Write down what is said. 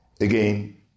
Again